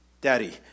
daddy